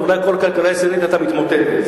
ואולי כל הכלכלה הישראלית היתה מתמוטטת.